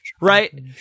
right